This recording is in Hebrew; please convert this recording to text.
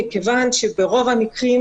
מכיוון שברוב המקרים,